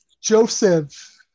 Joseph